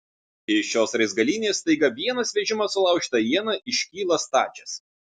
iš šios raizgalynės staiga vienas vežimas sulaužyta iena iškyla stačias